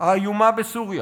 האיומה בסוריה